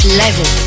level